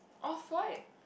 off white